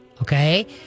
Okay